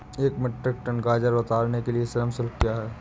एक metric ton गाजर उतारने के लिए श्रम शुल्क क्या है?